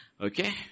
Okay